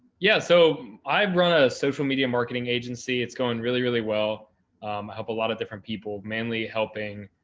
yeah. so i've run a social media marketing agency. it's going really, really well. i help a lot of different people, mainly helping.